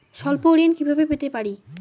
স্বল্প ঋণ কিভাবে পেতে পারি?